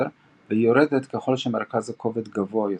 והיא יורדת ככל שמרכז הכובד גבוה יותר.